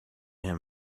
him